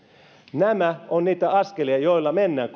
nämä ovat niitä askelia joilla mennään